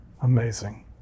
Amazing